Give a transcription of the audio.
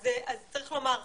אז צריך לומר --- לא,